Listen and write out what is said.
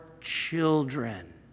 children